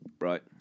Right